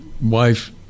wife